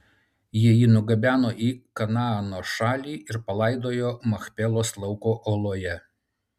jie jį nugabeno į kanaano šalį ir palaidojo machpelos lauko oloje